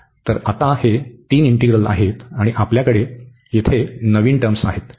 तर आता हे तीन इंटीग्रल आहेत आणि आपल्याकडे येथे नवीन टर्म आहेत